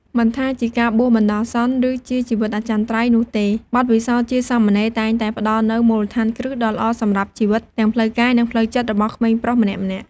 មិនថាជាការបួសបណ្ដោះអាសន្ន ឬជាជីវិតអចិន្ត្រៃយ៍នោះទេ បទពិសោធន៍ជាសាមណេរតែងតែផ្ដល់នូវមូលដ្ឋានគ្រឹះដ៏ល្អសម្រាប់ជីវិតទាំងផ្លូវកាយ និងផ្លូវចិត្តរបស់ក្មេងប្រុសម្នាក់ៗ។